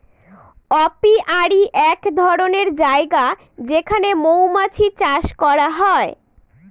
apiary এক ধরনের জায়গা যেখানে মৌমাছি চাষ করা হয়